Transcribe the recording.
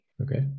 Okay